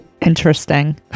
Interesting